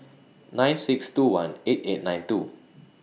nine six two one eight eight nine two